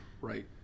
right